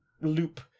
loop